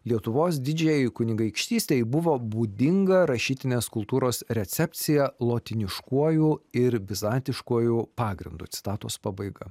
lietuvos didžiajai kunigaikštystei buvo būdinga rašytinės kultūros recepcija lotyniškuoju ir bizantiškuoju pagrindu citatos pabaiga